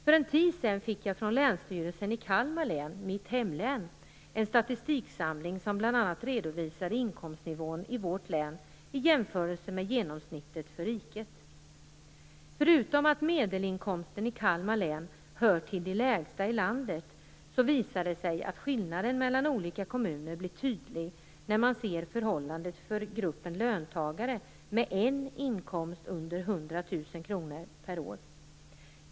För en tid sedan fick jag från Länsstyrelsen i Kalmar län, som är mitt hemlän, en statistiksamling som bl.a. redovisade inkomstnivån i vårt län i jämförelse med genomsnittet för riket. Förutom att medelinkomsten i Kalmar län hör till de lägsta i landet visar det sig att skillnaden mellan olika kommuner blir tydlig när man ser förhållandet för gruppen löntagare med en inkomst under 100 000 kr per år.